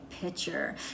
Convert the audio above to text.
picture